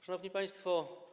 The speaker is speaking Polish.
Szanowni Państwo!